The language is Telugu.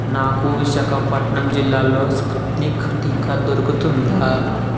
నాకు విశాఖపట్నం జిల్లాలో స్పుత్నిక్ టీకా దొరుకుతుందా